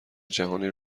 جهانی